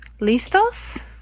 listos